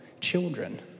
children